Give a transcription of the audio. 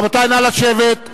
רבותי, נא לשבת.